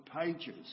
pages